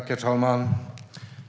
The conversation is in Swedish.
Herr talman!